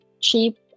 cheap